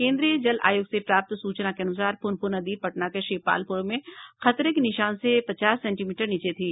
केंद्रीय जल आयोग से प्राप्त सूचना के अनुसार पुनपुन नदी पटना के श्रीपालपुर में खतरे के निशान से पचास सेंटीमीटर नीचे थी